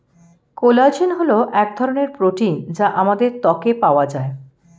collagen হল এক ধরনের প্রোটিন যা আমাদের ত্বকে পাওয়া যায়